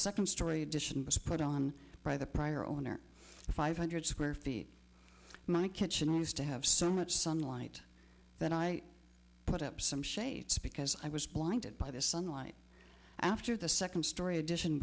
second story addition was put on by the prior owner of five hundred square feet my kitchen used to have so much sunlight that i put up some shades because i was blinded by the sunlight after the second story addition